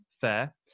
Fair